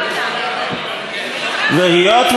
והיות,